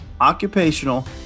occupational